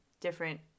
different